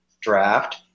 Draft